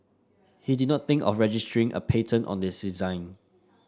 he did not think of registering a patent on this design